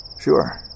Sure